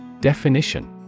Definition